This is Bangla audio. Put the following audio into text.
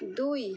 দুই